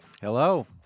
Hello